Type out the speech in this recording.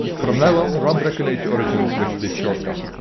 from now on run dragon age origins with this shortcut.